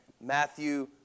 Matthew